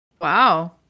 Wow